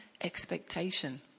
expectation